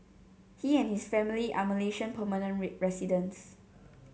he and his family are Malaysian permanent residents